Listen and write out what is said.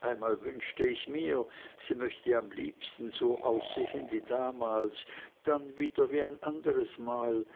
einmal wünschte ich mir sie möchte am liebsten so aussehen wie damals dann wieder wie ein anderes mal